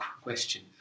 question